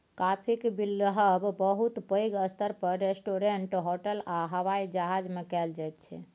काफीक बिलहब बहुत पैघ स्तर पर रेस्टोरेंट, होटल आ हबाइ जहाज मे कएल जाइत छै